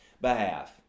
behalf